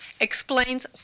explains